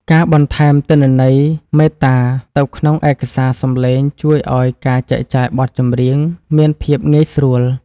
ការបន្ថែមទិន្នន័យមេតាទៅក្នុងឯកសារសំឡេងជួយឱ្យការចែកចាយបទចម្រៀងមានភាពងាយស្រួល។